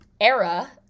era